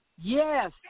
yes